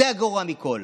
זה הגרוע מכול.